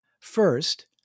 First